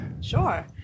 Sure